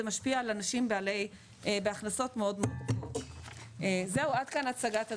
זה משפיע על אנשים בהכנסות מאוד --- עד כאן הצגת הדברים.